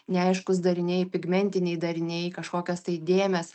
neaiškūs dariniai pigmentiniai dariniai kažkokios tai dėmės